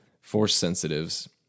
Force-sensitives